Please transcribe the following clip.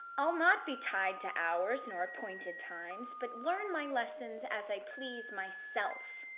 i'll not be tied to hours nor pointed times, but learn my lessons as i please myself.